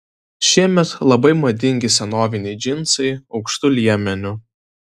šiemet labai madingi senoviniai džinsai aukštu liemeniu